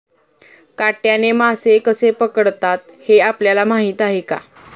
काट्याने मासे कसे पकडतात हे आपल्याला माहीत आहे का?